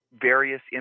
various